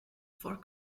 for